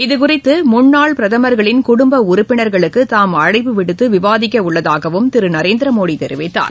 இதுகுறித்து முன்னாள் பிரதமர்களின் குடும்ப உறுப்பினர்களுக்கு தாம் அழைப்பு விடுத்து விவாதிக்க உள்ளதாகவும் திரு நரேந்திர மோடி தெரிவித்தார்